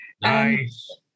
Nice